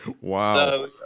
Wow